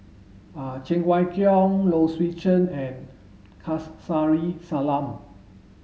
Cheng Wai Keung Low Swee Chen and Salam